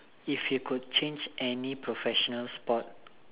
if you could change any professional sport